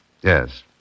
Yes